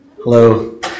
Hello